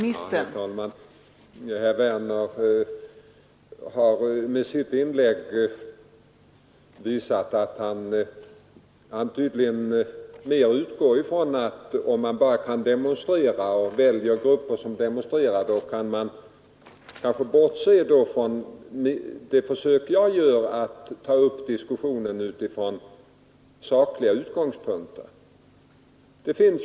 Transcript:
Fru talman! Herr Werner i Tyresö har med sitt inlägg visat att han tydligen utgår ifrån att om man bara väljer att sällskapa med grupper som demonstrerar, så kan man avstå från att ta upp diskussionen utifrån sakliga utgångspunkter.